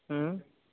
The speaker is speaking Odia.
ଉଁ